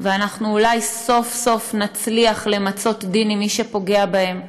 ואולי סוף-סוף נצליח למצות דין עם מי שפוגע בהם,